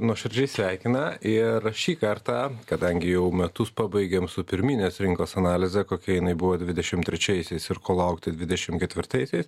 nuoširdžiai sveikina ir šį kartą kadangi jau metus pabaigėm su pirminės rinkos analize kokia jinai buvo dvidešimt trečiaisiais ir ko laukti dvidešimt ketvirtaisiais